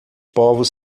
povos